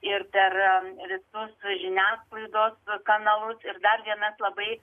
ir per visus žiniasklaidos kanalus ir dar vienas labai